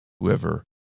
Whoever